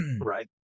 Right